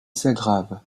s’aggravent